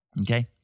okay